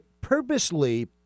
purposely